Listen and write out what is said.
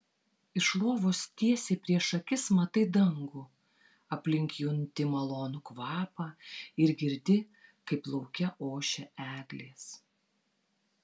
iš lovos tiesiai prieš akis matai dangų aplink junti malonų kvapą ir girdi kaip lauke ošia eglės